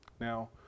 Now